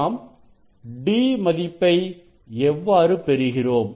நாம் d மதிப்பை எவ்வாறு பெறுகிறோம்